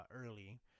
early